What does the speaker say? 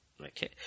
Okay